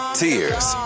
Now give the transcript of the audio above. tears